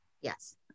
yes